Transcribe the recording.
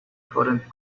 couldn’t